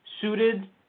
suited